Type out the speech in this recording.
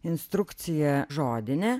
instrukcija žodinė